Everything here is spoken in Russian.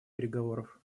переговоров